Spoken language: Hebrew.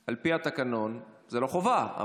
על פי התקנון זו לא חובה,